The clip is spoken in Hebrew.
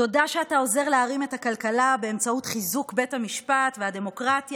תודה שאתה עוזר להרים את הכלכלה באמצעות חיזוק בית המשפט והדמוקרטיה,